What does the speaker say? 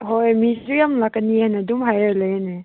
ꯍꯣꯏ ꯃꯤꯁꯨ ꯌꯥꯝ ꯂꯥꯛꯀꯅꯤꯌꯦꯅ ꯑꯗꯨꯝ ꯍꯥꯏꯔ ꯂꯩꯌꯦꯅꯦ